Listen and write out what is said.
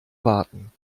warten